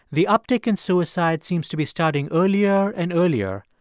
the uptick in suicide seems to be starting earlier and earlier,